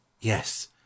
yes